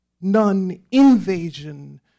non-invasion